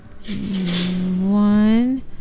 One